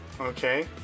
Okay